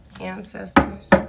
Ancestors